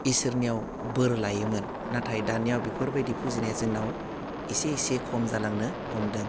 इसोरनाव बोर लायोमोन नाथाय दानिया बेफोरबायदि फुजिनाया जोंनाव एसे एसे खम जालांनो हमदों